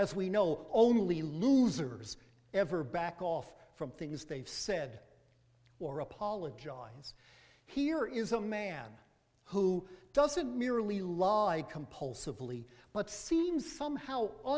as we know only losers ever back off from things they've said or apologize here is a man who doesn't merely love like compulsively but seems somehow